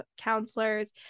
counselors